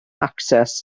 access